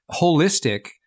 holistic